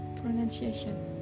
pronunciation